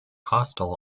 hostel